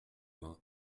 vingt